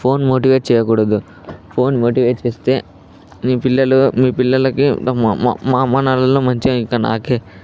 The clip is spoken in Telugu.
ఫోన్ మోటివేట్ చేయకూడదు ఫోన్ మోటివేట్ చేస్తే మీ పిల్లలు మీ పిల్లలకి మా మా మా మా అమ్మానాన్నలు మంచిగా ఇంకా నాకే